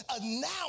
announce